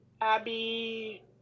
Abby